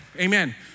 amen